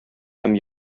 һәм